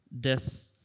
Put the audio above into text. death